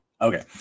Okay